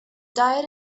diet